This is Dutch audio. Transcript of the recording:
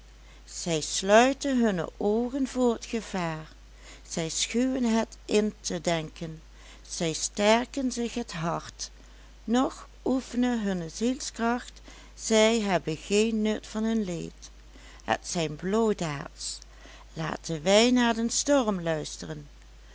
zij sluiten hunne oogen voor het gevaar zij schuwen het in te denken zij sterken zich het hart noch oefenen hunne zielskracht zij hebben geen nut van hun leed het zijn bloodaards laten wij naar den storm luisteren